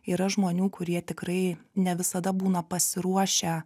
yra žmonių kurie tikrai ne visada būna pasiruošę